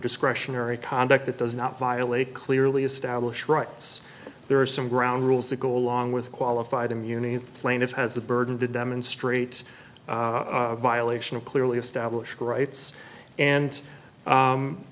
discretionary conduct that does not violate clearly established rights there are some ground rules that go along with qualified immunity plaintiff has the burden to demonstrate violation of clearly established rights and